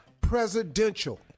presidential